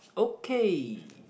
okay